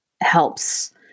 helps